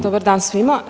Dobar dan svima.